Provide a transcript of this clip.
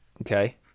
Okay